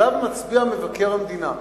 שעליו מצביע מבקר המדינה.